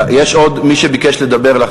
יש עוד מישהו שביקש לדבר?